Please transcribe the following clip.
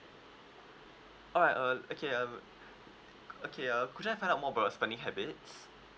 alright uh okay uh okay uh could I find out more about spending habits